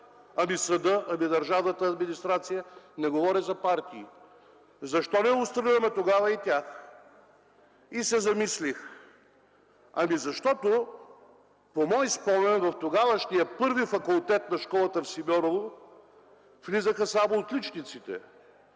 Ами съда, ами държавната администрация? Не говоря за партии. Защо не установим тогава и тях? И се замислих – ами защото, по мой спомен, в тогавашния Първи факултет на Школата в Симеоново влизаха само отличниците.